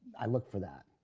i look for that.